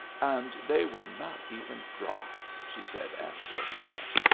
and they were not even dry, she said after a while.